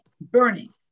burning